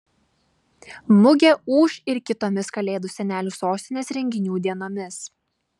mugė ūš ir kitomis kalėdų senelių sostinės renginių dienomis